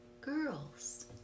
girls